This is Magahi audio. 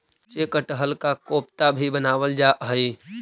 कच्चे कटहल का कोफ्ता भी बनावाल जा हई